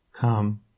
come